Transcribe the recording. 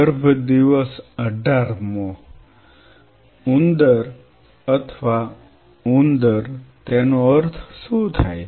ગર્ભ દિવસ અઢારમો ઉંદર અથવા ઉંદર તેનો અર્થ શું થાય